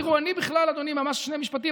אדוני, ממש שני משפטים.